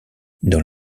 dans